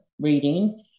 reading